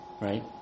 right